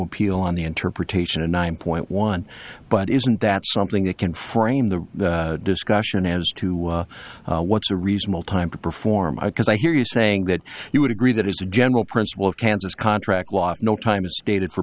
appeal on the interpretation of nine point one but isn't that something that can frame the discussion as to what's a reasonable time to perform i guess i hear you saying that you would agree that is a general principle of kansas contract law no time is stated for